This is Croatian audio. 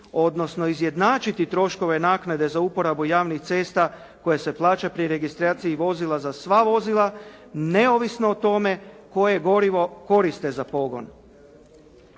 odnosno izjednačiti troškove naknade za uporabu javnih cesta koje se plaća pri registraciji vozila za sva vozila neovisno o tome koje gorivo koriste za pogon.